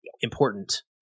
important